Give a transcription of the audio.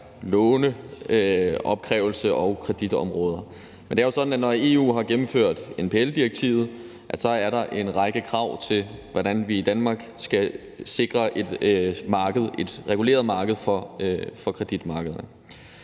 lån og på kreditområdet. Men det er jo sådan, at når EU har gennemført NPL-direktivet, er der en række krav til, hvordan vi i Danmark skal sikre et reguleret marked for kredit.